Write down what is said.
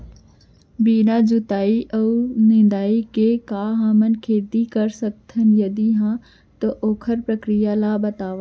बिना जुताई अऊ निंदाई के का हमन खेती कर सकथन, यदि कहाँ तो ओखर प्रक्रिया ला बतावव?